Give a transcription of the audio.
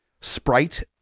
sprite